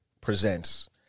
presents